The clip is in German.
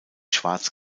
schwarz